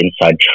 inside